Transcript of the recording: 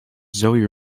zoe